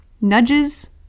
Nudges